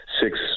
six